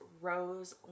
Rose